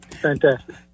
Fantastic